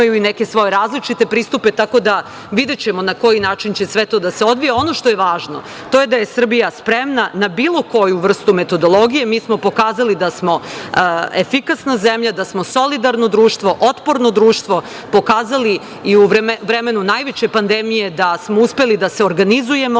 imaju i neke svoje različite pristupe. Tako da videćemo na koji način će sve to da se odvija. Ono što je važno, to je da je Srbija spremna na bilo koju vrstu metodologije. Mi smo pokazali da smo efikasna zemlja, da smo solidarno društvo, otporno društvo. Pokazali i u vremenu najveće pandemije da smo uspeli da se organizujemo,